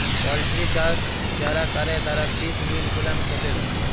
poultry চাষ যারা ক্যরে তারা ফিস মিল গুলান খ্যাতে দেই